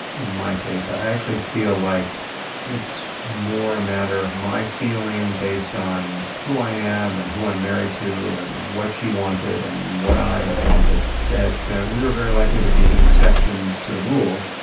in my case. i actually feel like it's more a matter of my feeling based on who i am and who i'm married to and what she wanted and what i wanted, that we were very likely to be exceptions to the rule.